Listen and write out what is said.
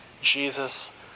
Jesus